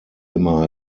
immer